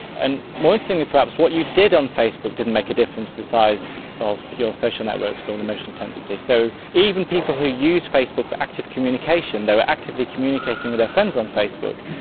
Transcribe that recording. and more interestingly perhaps, what you did on facebook didn't make a difference to the size of your social networks or and emotional intensity. so even people who use facebook for active communication, they were actively communicating with their friends on facebook,